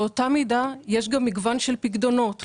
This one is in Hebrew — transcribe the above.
באותה המידה, יש גם מגוון של פיקדונות.